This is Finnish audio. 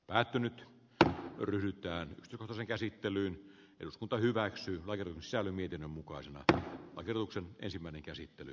päättynyt tähän yrittää tuoda käsittelyyn eduskunta hyväksyy lajin säilyvyyden mukaan sen että oderuksen ensimmäinen käsittely